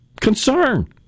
concern